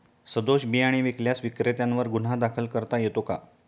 सदोष बियाणे विकल्यास विक्रेत्यांवर गुन्हा दाखल करता येतो का?